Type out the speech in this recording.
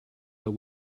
but